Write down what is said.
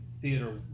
theater